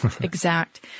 exact